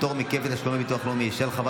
פטור מכפל תשלום דמי ביטוח לאומי),